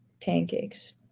Pancakes